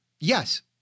Yes